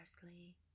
parsley